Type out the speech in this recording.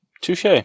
Touche